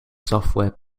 software